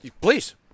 Please